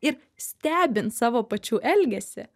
ir stebint savo pačių elgesį